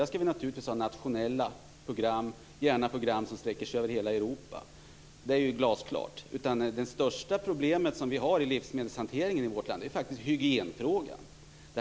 Där skall det naturligtvis finnas nationella program och gärna program som omfattar hela Europa. Det är glasklart. Det största problemet med livsmedelshanteringen i vårt land är ju faktiskt hygienfrågan.